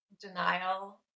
denial